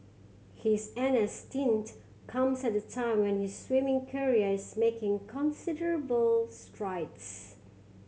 his N S stint comes at a time when his swimming career is making considerable strides